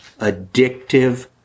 addictive